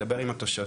לדבר עם התושבים,